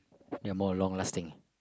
they are more long lasting